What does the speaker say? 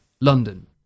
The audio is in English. London